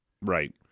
Right